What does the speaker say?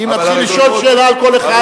כי אם נתחיל לשאול על כל אחד,